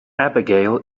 abigail